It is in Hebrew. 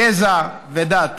גזע ודת.